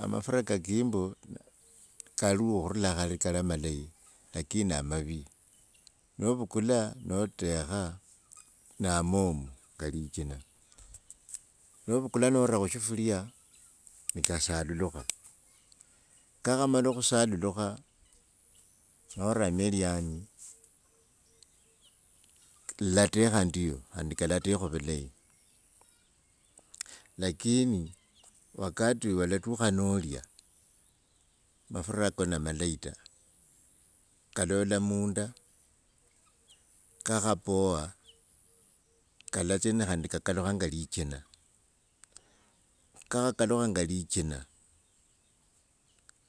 Amafura ka kimbo kaliwo okhurula khale kali amaleyi lakini na mavi, novukula notekha, namomu shinga lijina. novukula nora khushifuria nikasalulukh, nikakhamala okhutalulukha noramo elwanyi lìlatekha ndiyo khandi kalatekha kalatekha vulayi, lakini wakati wolatukha nolia mafurako na malayi ta, kalola munda kakhapoa, kalatsi khandi kakalukha anga lijina. Nikakhakalukha anga lijina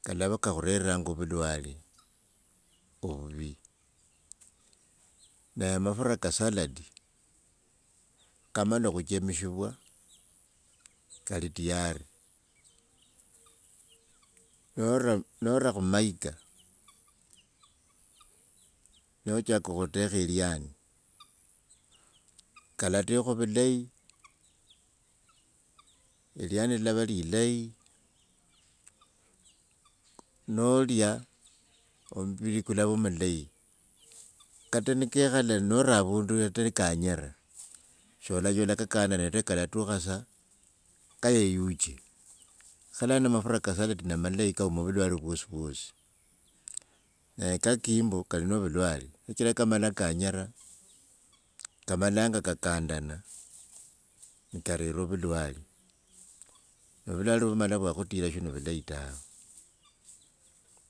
kalava kakhureranga ovulwale, ovuvi. Naa amafura ka salati kamala okhuchemshirwa kali tiyari, nora khumaika nochaka khutekha elinyi kalatekha vulayi, elwanyi lilava elilayi nolia ombiri kulava mulayi. Kata nikekhala nora avundu hata kanyira, sholanyola nikakanda nende kalatukhasa kayeyuche, kho lano amafura ka salat namalayi kavula ovulwale, vyosivyosi. ka kimbo kali nende vulwale shichila nikamala kanyira kamalanga kakandana nikarera ovulwale novulwale vumala vyakhutila shivili vulayi tawe.